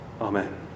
Amen